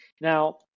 Now